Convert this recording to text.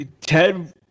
Ted